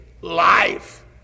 life